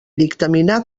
dictaminar